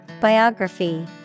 Biography